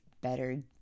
better